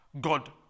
God